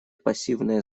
пассивное